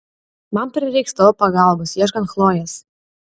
man prireiks tavo pagalbos ieškant chlojės